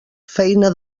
feina